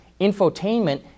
infotainment